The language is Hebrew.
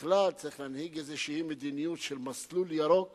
ובכלל צריך להנהיג איזושהי מדיניות של מסלול ירוק